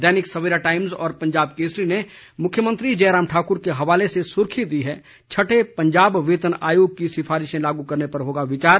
दैनिक Savera Times और पंजाब केसरी ने मुख्यमंत्री जयराम ठाकुर के हवाले से सुर्खी दी है छठे पंजाब वेतन आयोग की सिफारिशें लागू करने पर होगा विचार